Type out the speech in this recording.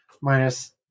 minus